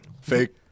Fake